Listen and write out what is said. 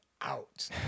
out